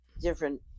different